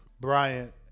Bryant